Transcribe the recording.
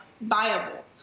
viable